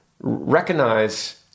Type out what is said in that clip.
recognize